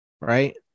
Right